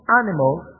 animals